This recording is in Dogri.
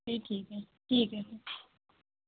ठीक ऐ